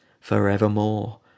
forevermore